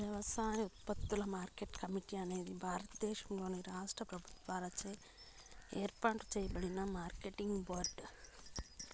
వ్యవసాయోత్పత్తుల market committee అనేది భారతదేశంలోని రాష్ట్ర ప్రభుత్వాలచే ఏర్పాటు చేయబడిన మార్కెటింగ్ బోర్డు